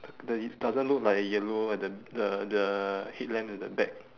the it doesn't look like a yellow at the the the headlamps at the back